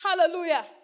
Hallelujah